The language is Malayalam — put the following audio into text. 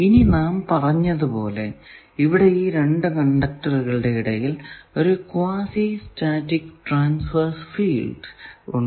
ഇനി നാം പറഞ്ഞത് പോലെ ഇവിടെ ഈ രണ്ടു കണ്ടക്ടറുകളുടെ ഇടയിൽ ഒരു ക്വാസി സ്റ്റാറ്റിക് ട്രാൻസ്വേർസ് ഫീൽഡ് ഉണ്ട്